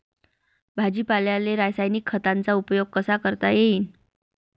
भाजीपाल्याले रासायनिक खतांचा उपयोग कसा करता येईन?